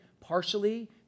partially